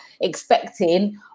expecting